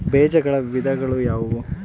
ಬೇಜಗಳ ವಿಧಗಳು ಯಾವುವು?